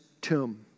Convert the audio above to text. tomb